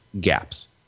gaps